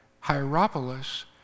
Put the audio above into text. Hierapolis